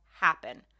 happen